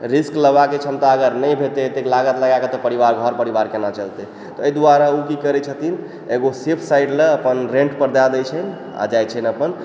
risk लेबाके क्षमता अगर नहि हेतै एतेक लागत लगाए कऽ तऽ परिवार घर परिवार कोना चलतै तऽ एहि दुआरे ओ की करै छथिन एगो सेफ साइड लऽ अपन रेंट पर दए दै छै आ जाय छनि अपन